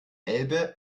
elbe